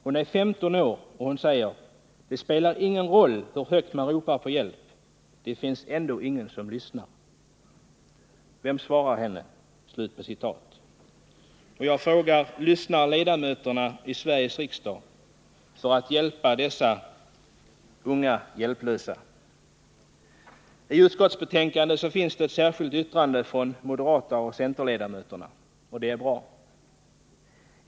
Hon är 15 år — och hon säger: ”Det spelar ingen roll hur högt man ropar på hjälp, det finns ändå ingen som lyssnar.” Vem svarar henne?” Till utskottsbetänkandet finns fogat ett särskilt yttrande från moderata och centerpartistiska ledamöter, och det är bra.